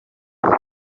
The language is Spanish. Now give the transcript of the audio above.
indie